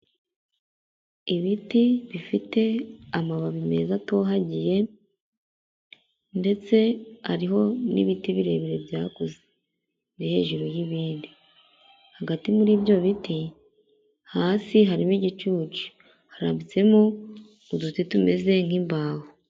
Ibiti bifite amababi meza atohagiye ndetse hariho n'ibiti birebire byakuze, biri hejuru y'ibindi, hagati muri ibyo biti, hasi harimo igicucu, harambitsemo uduti tumeze nk'imbaho.